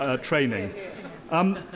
training